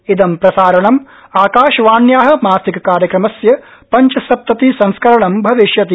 इदं प्रसारणम् आकाशवाण्या मासिक कार्यक्रमस्य पंचसप्तति संस्करणम् भविष्यति